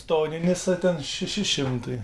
toninis a ten šeši šimtai